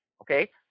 okay